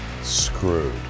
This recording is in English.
Screwed